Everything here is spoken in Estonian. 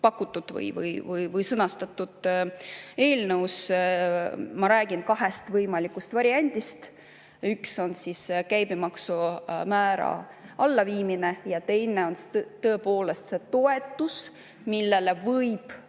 pakutud või sõnastatud eelnõus räägitud kahest võimalikust variandist: üks on käibemaksu määra alandamine ja teine on tõepoolest see toetus, millele võib